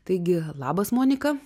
taigi labas monika